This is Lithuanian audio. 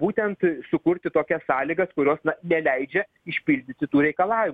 būtent sukurti tokias sąlygas kurios na neleidžia išpildyti tų reikalavimų